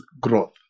growth